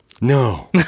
No